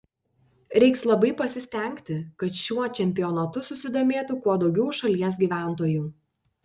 reiks labai pasistengti kad šiuo čempionatu susidomėtų kuo daugiau šalies gyventojų